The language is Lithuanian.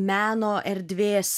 meno erdvės